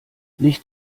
nicht